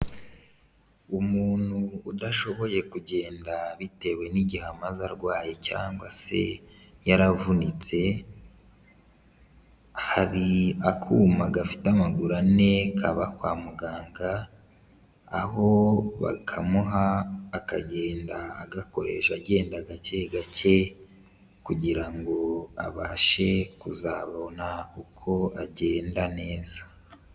Umuntu udashoboye kugenda bitewe n'igihe amaze arwaye cyangwa se yaravunitse, hari akuma gafite amaguru ane kaba kwa muganga aho bakamuha akagenda agakoresha agenda gakegake kugira ngo abashe kuzabona uko agenda neza.